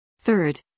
third